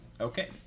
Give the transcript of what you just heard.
Okay